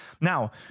Now